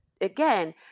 again